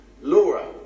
Laura